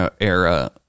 era